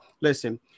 Listen